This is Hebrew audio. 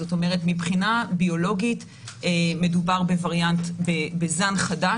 זאת אומרת, מבחינת ביולוגית מדובר בזן חדש.